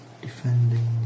defending